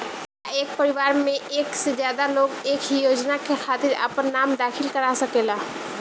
का एक परिवार में एक से ज्यादा लोग एक ही योजना के खातिर आपन नाम दाखिल करा सकेला?